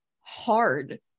hard